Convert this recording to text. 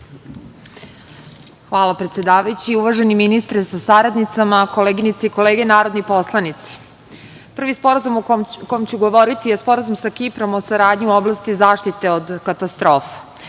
Hvala, predsedavajući. Uvaženi ministre sa saradnicama, koleginice i kolege narodni poslanici, prvi sporazum o kojem ću govoriti je Sporazum sa Kiprom o saradnji u oblasti zaštite od katastrofa. Prirodne